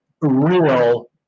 real